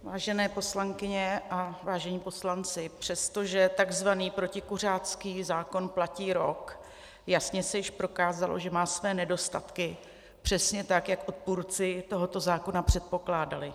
Vážené poslankyně, vážení poslanci, přestože takzvaný protikuřácký zákon platí rok, jasně se již prokázalo, že má své nedostatky, přesně tak, jak odpůrci tohoto zákona předpokládali.